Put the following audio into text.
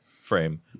frame